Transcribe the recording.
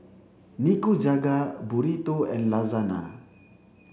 Nikujaga Burrito and Lasagna